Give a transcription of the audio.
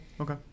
Okay